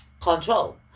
control